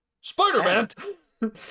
Spider-Man